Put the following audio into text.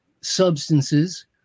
substances